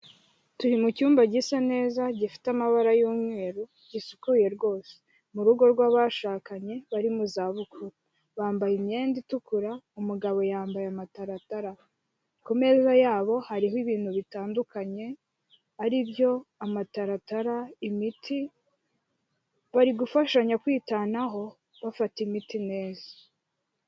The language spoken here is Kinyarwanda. Turi mu cyumba gisa neza gifite amabara y'umweru, gisukuye rwose, mu rugo rw'abashakanye bari mu zabukuru. Bambaye imyenda itukura, umugabo yambaye amataratara. Ku meza yabo hariho ibintu bitandukanye ari byo amataratara, imiti, bari gufashanya kwitanaho, bafata imiti neza.